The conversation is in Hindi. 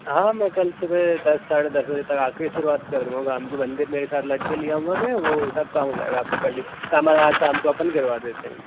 हाँ मैं कल सुबह दस साढ़े दस बजे तक आके शुरुवात कर दूँगा काम के बंदे मेरे साथ लड़के ले आऊंगा मैं वो सब काम हो जायेगा आपका कल ही सामान आज शाम को अपन करवा देते हैं